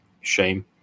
shame